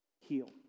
heal